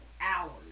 hours